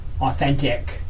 authentic